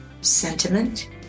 sentiment